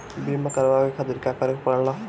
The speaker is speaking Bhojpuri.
बीमा करेवाए के खातिर का करे के पड़ेला?